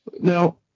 Now